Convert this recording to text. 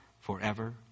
forever